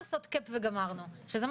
שלא, והתוכנית הזאת תרוץ ויישאר עוד תקציב.